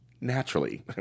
Naturally